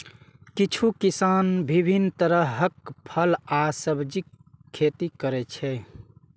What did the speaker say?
किछु किसान विभिन्न तरहक फल आ सब्जीक खेती करै छै